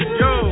yo